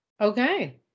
Okay